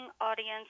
audience